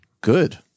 Good